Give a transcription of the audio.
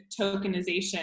tokenization